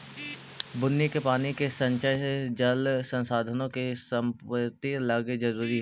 बुन्नी के पानी के संचय जल संसाधनों के संपूर्ति लागी जरूरी हई